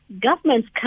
governments